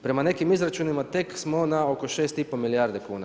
Prema nekim izračunima tek smo na oko 6 i pol milijarde kuna.